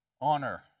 Honor